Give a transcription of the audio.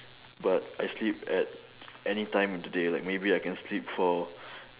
but I sleep at anytime of the day like maybe I can sleep for